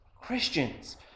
Christians